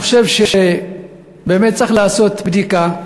אני חושב שבאמת צריך לעשות בדיקה,